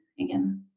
again